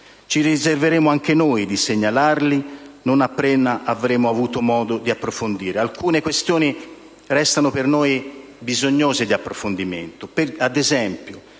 ci riserveremo anche noi di segnalarli non appena avremo avuto modo di approfondire. Alcune questioni restano per noi bisognose di approfondimento.